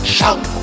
Shout